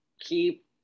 keep